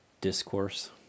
discourse